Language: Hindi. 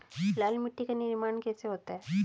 लाल मिट्टी का निर्माण कैसे होता है?